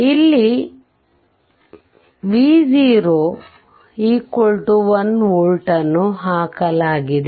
ಇಲ್ಲಿ V0 1 volt ಅನ್ನು ಹಾಕಲಾಗಿದೆ